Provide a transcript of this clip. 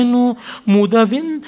Mudavin